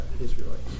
Israelites